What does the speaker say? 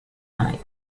night